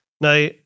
Now